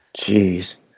Jeez